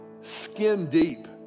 skin-deep